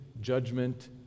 judgment